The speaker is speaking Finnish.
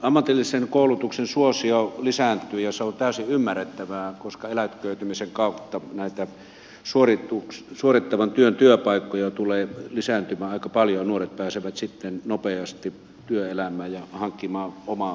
ammatillisen koulutuksen suosio lisääntyy ja se on täysin ymmärrettävää koska eläköitymisen kautta nämä suorittavan työn työpaikat tulevat lisääntymään aika paljon ja nuoret pääsevät sitten nopeasti työelämään ja hankkimaan omaa rahaansa